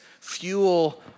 fuel